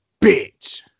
bitch